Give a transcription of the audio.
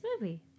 movie